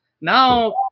now